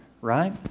right